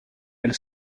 elle